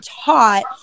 taught